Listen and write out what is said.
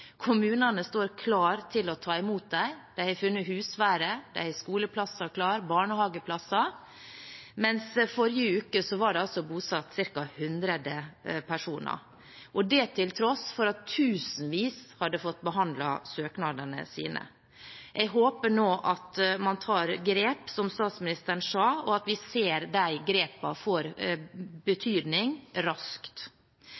kommunene står klare til å ta imot dem. De har funnet husvære, og de har skoleplasser og barnehageplasser klare. I forrige uke var det bosatt ca. 100 personer – det til tross for at tusenvis hadde fått behandlet søknadene sine. Jeg håper nå at man tar grep, som statsministeren sa, og at vi ser at de